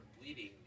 bleeding